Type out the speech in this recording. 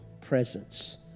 presence